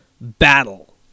battle